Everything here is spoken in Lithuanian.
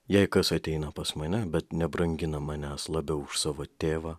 jei kas ateina pas mane bet nebrangina manęs labiau už savo tėvą